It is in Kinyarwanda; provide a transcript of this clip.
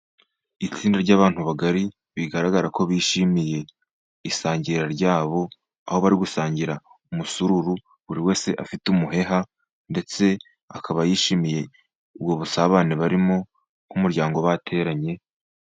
Itsinda ry'abantu bagari bigaragara ko bishimiye isangira ryabo, aho bari gusangira umusururu buri wese afite umuheha ,ndetse akaba yishimiye ubwo busabane barimo nk'umuryango bateranye.